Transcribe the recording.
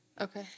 Okay